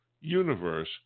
universe